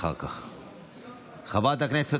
כבוד היושב-ראש,